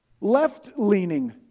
left-leaning